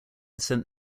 sent